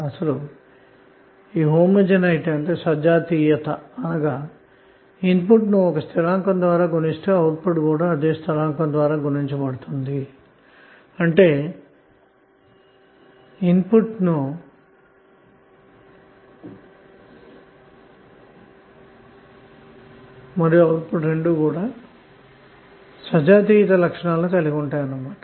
అసలు సజాతీయత అన్నది ఇన్పుట్ ను స్థిరాంకం ద్వారా గుణిస్తే అవుట్పుట్ కూడా అదే స్థిరాంకం ద్వారా గుణించబడటం అన్న మాట అంటే ఇన్పుట్ మరియు ఔట్పుట్ రెండూ కూడా సజాతీయతను కలిగి ఉండటం అన్న మాట